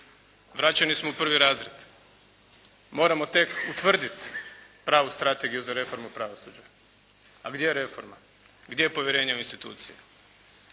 Vraćeni smo u prvi razred. Moramo tek utvrditi pravu strategiju za reformu pravosuđa. A gdje je reforma? Gdje je povjerenje u institucije?